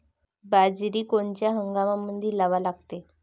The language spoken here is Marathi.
बाजरी कोनच्या हंगामामंदी लावा लागते?